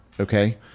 Okay